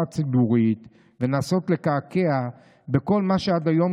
הציבורית ולנסות לקעקע את כל מה שעד היום,